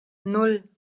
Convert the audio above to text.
nan